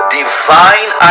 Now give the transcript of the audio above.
divine